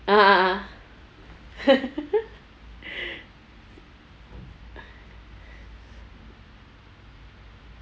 ah ah ah